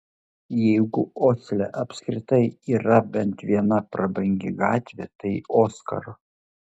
jeigu osle apskritai yra bent viena prabangi gatvė tai oskaro